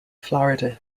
florida